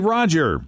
Roger